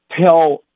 tell